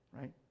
right